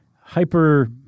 hyper